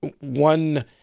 one